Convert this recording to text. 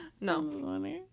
No